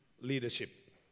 leadership